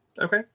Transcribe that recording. Okay